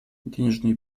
денежные